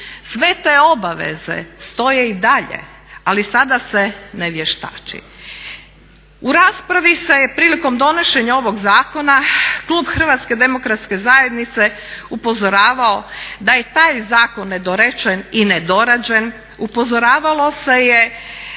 Sve te obaveze stoje i dalje, ali sada se ne vještači. U raspravi se je prilikom donošenja ovog zakona klub HDZ-a upozoravao da je taj zakon nedorečen i ne dorađen, upozoravalo se je